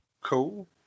Cool